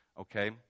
okay